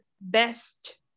best